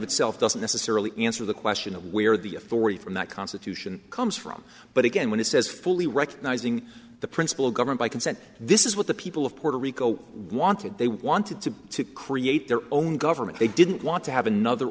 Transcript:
itself doesn't necessarily answer the question of where the authority from that constitution comes from but again when it says fully recognizing the principle govern by consent this is what the people of puerto rico wanted they wanted to create their own government they didn't want to have another